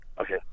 Okay